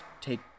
take